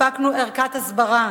הפקנו ערכת הסברה